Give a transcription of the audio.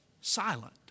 silent